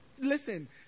listen